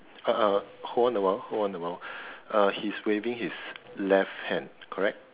uh hold on a while hold on a while uh he's waving his left hand correct